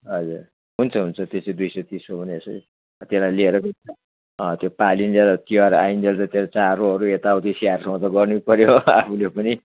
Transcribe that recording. हजुर हुन्छ हुन्छ त्यो चाहिँ दुई सय तिस हो भने यसो त्यसलाई ल्याएर त्यो पालिन्जेल तिहार आइन्जेल त त्यसलाई चारोहरू यताउति स्याहारनु त गर्नै पऱ्यो आफुले पनि